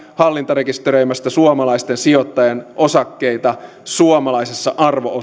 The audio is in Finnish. hallintarekisteröimästä suomalaisten sijoittajien osakkeita suomalaisessa arvo osuusjärjestelmässä